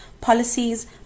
policies